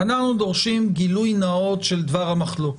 אנחנו דורשים גילוי נאות של דבר המחלוקת.